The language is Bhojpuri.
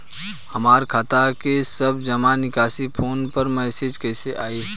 हमार खाता के सब जमा निकासी फोन पर मैसेज कैसे आई?